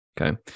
okay